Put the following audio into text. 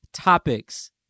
topics